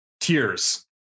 tears